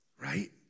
Right